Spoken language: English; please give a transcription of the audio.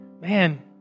man